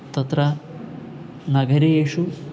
तत्र नगरेषु